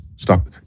Stop